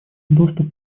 доступ